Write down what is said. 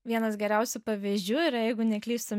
vienas geriausių pavyzdžių yra jeigu neklystu